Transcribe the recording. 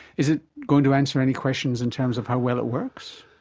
is it going to answer any questions in terms of how well it works?